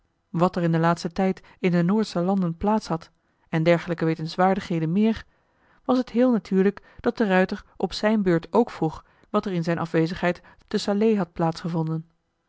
wat er in den laatsten tijd in de noordsche landen plaats had en dergelijke wetenswaardigheden meer was het heel natuurlijk dat de ruijter op zijn beurt ook vroeg wat er in zijn afwezigheid te salé had